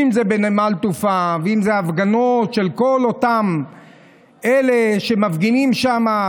אם זה בנמל תעופה ואם זה בהפגנות של כל אותם שמפגינים שם,